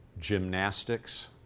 gymnastics